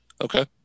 Okay